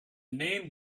name